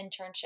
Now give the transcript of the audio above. internship